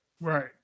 Right